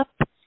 up